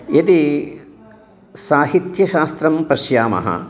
यदि साहित्यशास्त्रं पश्यामः